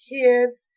kids